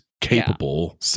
capable